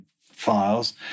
files